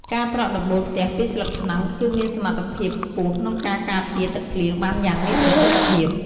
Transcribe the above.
ការប្រក់ដំបូលផ្ទះពីស្លឹកត្នោត គឺមានសមត្ថភាពខ្ពស់ក្នុងការការពារទឹកភ្លៀងបានយ៉ាងមានប្រសិទ្ធភាព។